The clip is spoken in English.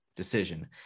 Decision